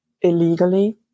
illegally